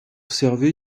servi